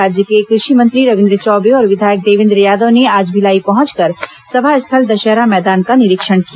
राज्य के कृषि मंत्री रविन्द्र चौबे और विधायक देवेन्द्र यादव ने आज भिलाई पहुचंकर सभा स्थल दशहरा मैदान का निरीक्षण किया